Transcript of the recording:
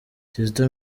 kizito